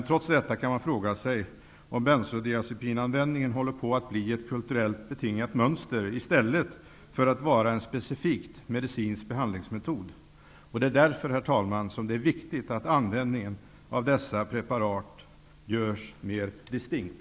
Trots detta kan man fråga sig om bensodiazepi nanvändningen håller på att bli ett kulturellt be tingat mönster, i stället för att vara en specifikt medicinsk behandlingsmetod. Det är därför vik tigt, herr talman, att användningen av dessa pre parat görs mer distinkt!